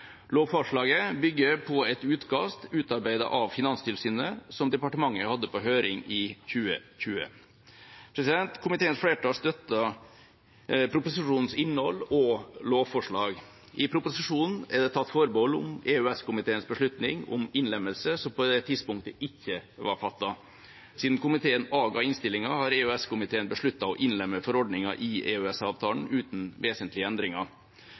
Lovforslaget bygger på et utkast utarbeidet av Finanstilsynet som departementet hadde på høring i 2020. Komiteens flertall støtter proposisjonens innhold og lovforslag. I proposisjonen er det tatt forbehold om EØS-komiteens beslutning om innlemmelse, som på det tidspunktet ikke var fattet. Siden komiteen avga innstillinga, har EØS-komiteen besluttet å innlemme forordningen i EØS-avtalen uten vesentlige endringer.